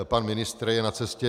Pan ministr je na cestě.